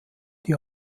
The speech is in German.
die